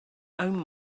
own